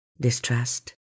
distrust